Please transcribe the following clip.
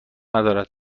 ندارد